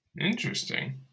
Interesting